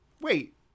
wait